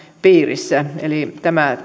piirissä eli tämä